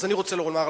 אז אני רוצה לומר לכם,